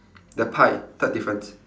the pie third difference